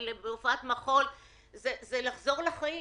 למופע מחול זה חזרה לחיים,